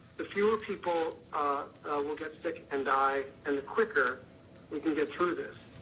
the fewer people will get sick and die, and the quicker we can get through this.